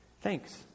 Thanks